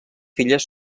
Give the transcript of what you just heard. filles